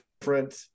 different